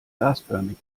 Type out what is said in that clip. gasförmig